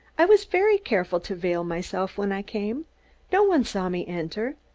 i was very careful to veil myself when i came no one saw me enter,